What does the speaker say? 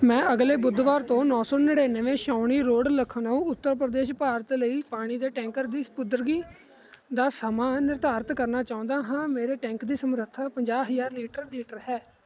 ਮੈਂ ਅਗਲੇ ਬੁੱਧਵਾਰ ਤੋਂ ਨੌਂ ਸੌ ਨੜਿਨਵੇਂ ਛਾਉਣੀ ਰੋਡ ਲਖਨਊ ਉੱਤਰ ਪ੍ਰਦੇਸ਼ ਭਾਰਤ ਲਈ ਪਾਣੀ ਦੇ ਟੈਂਕਰ ਦੀ ਸਪੁਦਰਗੀ ਦਾ ਸਮਾਂ ਨਿਰਧਾਰਤ ਕਰਨਾ ਚਾਹੁੰਦਾ ਹਾਂ ਮੇਰੇ ਟੈਂਕ ਦੀ ਸਮਰੱਥਾ ਪੰਜਾਹ ਹਜ਼ਾਰ ਲੀਟਰ ਲੀਟਰ ਹੈ